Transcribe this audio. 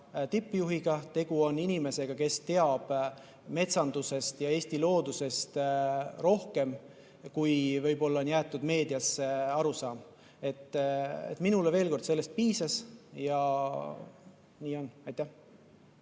tippjuhiga. Tegu on inimesega, kes teab metsandusest ja Eesti loodusest rohkem, kui võib-olla on jäetud meedias arusaam. Minule, veel kord, sellest piisas ja nii on. Kalle